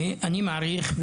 אני מעריך,